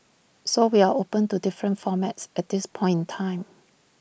so we are open to different formats at this point in time